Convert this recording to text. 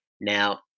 Now